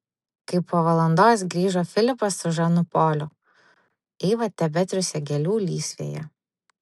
kai po valandos grįžo filipas su žanu poliu eiva tebetriūsė gėlių lysvėje